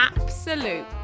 absolute